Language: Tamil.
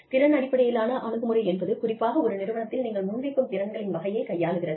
திறன் அடிப்படையிலான அணுகுமுறை என்பது குறிப்பாக ஒரு நிறுவனத்தில் நீங்கள் முன் வைக்கும் திறன்களின் வகைகளைக் கையாளுகிறது